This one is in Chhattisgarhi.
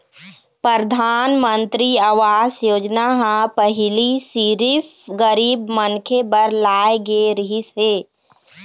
परधानमंतरी आवास योजना ह पहिली सिरिफ गरीब मनखे बर लाए गे रहिस हे